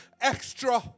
extra